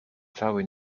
cały